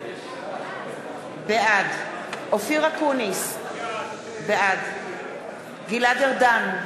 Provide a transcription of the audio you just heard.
בעד אופיר אקוניס, בעד גלעד ארדן,